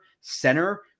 center